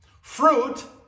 Fruit